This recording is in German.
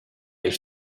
ich